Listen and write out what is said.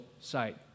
site